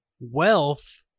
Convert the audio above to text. wealth